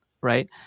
right